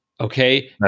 Okay